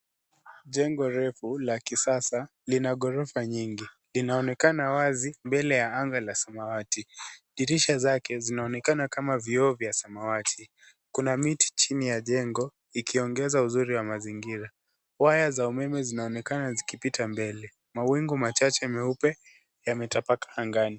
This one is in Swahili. Jengo refu la kisasa lina ghorofa nyingi. Linaonekana wazi mbele ya anga la samawati. Dirisha zake zinaonekana kama vioo vya samawati. Kuna miti chini ya jengo, ikiongeza uzuri wa mazingira. Waya za umeme zinaonekana zikipita mbele. Mawingu machache meupe yametapakaa angani.